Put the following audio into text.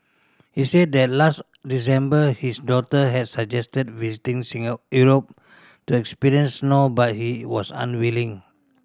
he said that last December his daughter had suggested visiting Europe to experience snow but he was unwilling